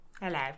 Hello